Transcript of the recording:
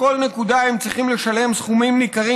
בכל נקודה הם צריכים לשלם סכומים ניכרים